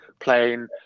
Playing